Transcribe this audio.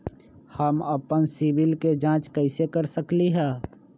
हम अपन सिबिल के जाँच कइसे कर सकली ह?